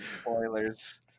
Spoilers